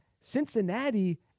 Cincinnati